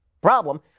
problem